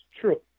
true